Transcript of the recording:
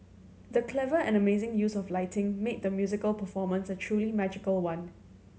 the clever and amazing use of lighting made the musical performance a truly magical one